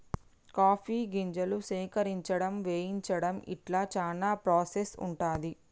coffee గింజలు సేకరించడం వేయించడం ఇట్లా చానా ప్రాసెస్ ఉంటది